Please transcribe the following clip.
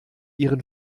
ihren